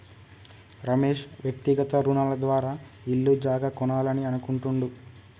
రమేష్ వ్యక్తిగత రుణాల ద్వారా ఇల్లు జాగా కొనాలని అనుకుంటుండు